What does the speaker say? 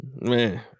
Man